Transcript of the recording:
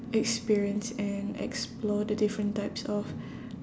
experience and explore the different types of